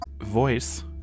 Voice